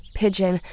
pigeon